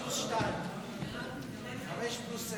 אחרון חביב הדוברים.